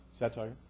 Satire